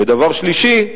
ודבר שלישי,